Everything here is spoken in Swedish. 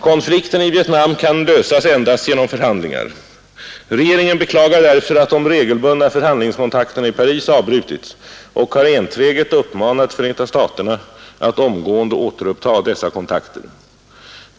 Konflikten i Vietnam kan lösas endast genom förhandlingar. Regeringen beklagar därför att de regelbundna förhandlingskontakterna i Paris avbrutits och har enträget uppmanat Förenta staterna att omgående återuppta dessa kontakter.